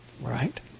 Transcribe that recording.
right